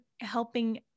helping